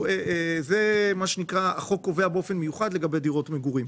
החוק קובע באופן מיוחד לגבי דירות מגורים,